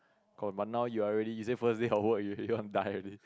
cause but now you already you say first day on work you you already want die already